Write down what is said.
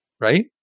right